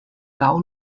gau